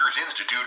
Institute